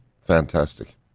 fantastic